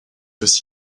aussi